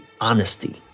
honesty